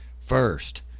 first